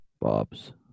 Bobs